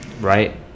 right